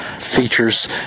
features